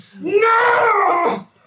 No